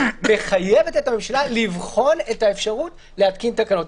שמחייבת את הממשלה לבחון את האפשרות להתקין תקנות.